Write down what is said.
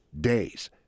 days